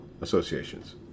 associations